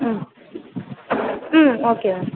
ம் hmm okay ma'am